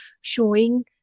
showing